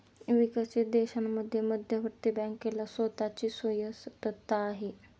विकसित देशांमध्ये मध्यवर्ती बँकेला स्वतः ची स्वायत्तता आहे